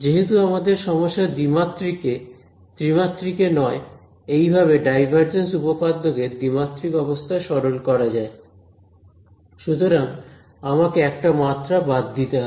যেহেতু আমাদের সমস্যা দ্বিমাত্রিক এ ত্রিমাত্রিক এ নয় এইভাবে ডাইভারজেন্স উপপাদ্য কে দ্বিমাত্রিক অবস্থায় সরল করা যায় সুতরাং আমাকে একটা মাত্রা বাদ দিতে হবে